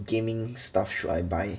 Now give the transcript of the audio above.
gaming stuff should I buy